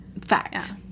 Fact